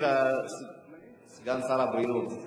התרבות והספורט נתקבלה.